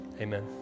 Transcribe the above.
Amen